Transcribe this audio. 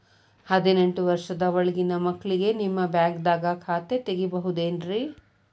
ಹದಿನೆಂಟು ವರ್ಷದ ಒಳಗಿನ ಮಕ್ಳಿಗೆ ನಿಮ್ಮ ಬ್ಯಾಂಕ್ದಾಗ ಖಾತೆ ತೆಗಿಬಹುದೆನ್ರಿ?